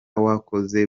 wakoze